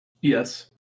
yes